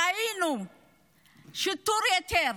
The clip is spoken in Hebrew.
ראינו שיטור יתר,